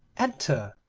enter.